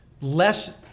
less